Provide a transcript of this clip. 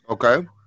Okay